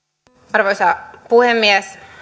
arvoisa puhemies